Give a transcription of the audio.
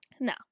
Now